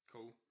Cool